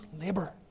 labor